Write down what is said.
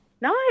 Nice